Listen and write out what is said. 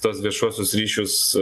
tuos viešuosius ryšius